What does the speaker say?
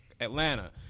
Atlanta